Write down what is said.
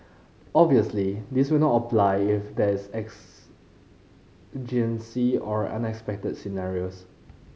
obviously this will not apply if there's exigencies or unexpected scenarios